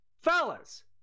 fellas